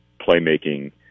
playmaking